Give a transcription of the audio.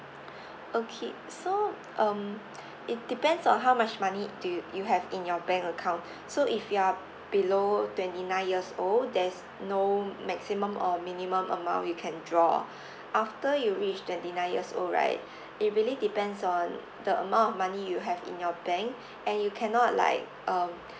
okay so um it depends on how much money do you you have in your bank account so if you are below twenty nine years old there's no maximum or minimum amount you can draw after you reach twenty nine years old right it really depends on the amount of money you have in your bank and you cannot like um